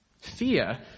Fear